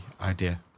idea